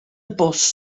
bws